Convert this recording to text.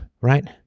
right